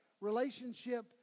relationship